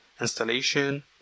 Installation